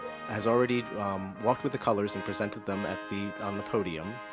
has already walked with the colors and presented them at the on the podium.